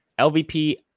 LVP